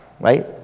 Right